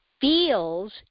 feels